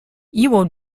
iwo